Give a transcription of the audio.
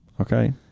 Okay